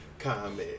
Comment